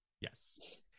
Yes